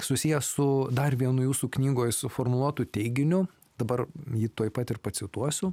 susijęs su dar vienu jūsų knygoj suformuluotu teiginiu dabar jį tuoj pat ir pacituosiu